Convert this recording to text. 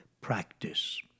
practice